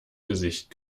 gesicht